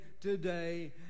Today